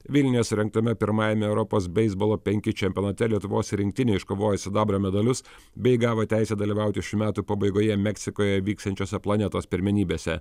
vilniuje surengtame pirmajame europos beisbolo penki čempionate lietuvos rinktinė iškovojo sidabro medalius bei gavo teisę dalyvauti šių metų pabaigoje meksikoje vyksiančiose planetos pirmenybėse